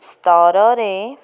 ସ୍ତରରେ